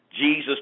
Jesus